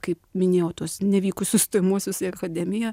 kaip minėjau tuos nevykusius stojamuosius į akademiją